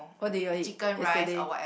what do you all eat yesterday